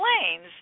explains